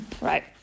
Right